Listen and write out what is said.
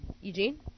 Eugene